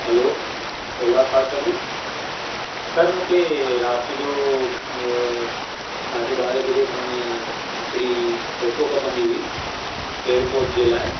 हलो Ola car service sir मूंखे राति जो साढे ॿारहें बजे खण हिकिड़ी ऑटो खपंदी हुई एयरपोट जे लाइ